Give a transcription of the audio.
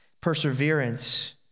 perseverance